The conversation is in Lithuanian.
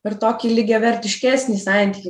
per tokį lygiavertiškesnį santykį